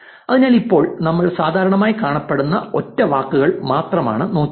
അതിനാൽ ഇപ്പോൾ നമ്മൾ സാധാരണയായി കാണപ്പെടുന്ന ഒറ്റവാക്കുകൾ മാത്രമാണ് നോക്കിയത്